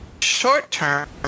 short-term